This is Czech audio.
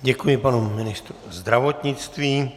Děkuji panu ministru zdravotnictví.